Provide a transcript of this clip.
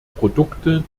produkte